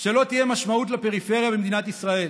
שבו לא תהיה משמעות לפריפריה במדינת ישראל,